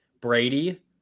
Brady